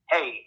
Hey